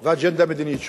ואג'נדה מדינית שונה.